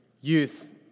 youth